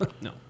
no